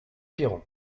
piron